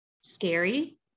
scary